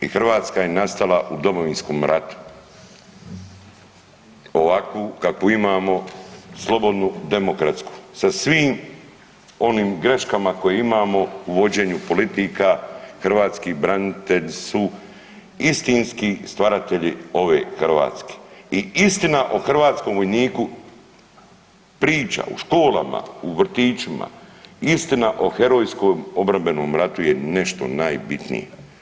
I Hrvatska je nastala u Domovinskom ratu ovakvu kakvu imamo slobodnu, demokratsku sa svim onim graškama koje imamo u vođenju politika hrvatski branitelji su istinski stvaratelji ove Hrvatske i istina o hrvatskom vojniku priča u školama, vrtićima, istina o herojskom obrambenim ratu je nešto najbitnije.